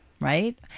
right